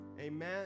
amen